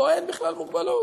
ופה אין בכלל מוגבלות.